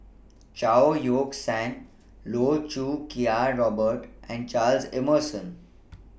Chao Yoke San Loh Choo Kiat Robert and Charles Emmerson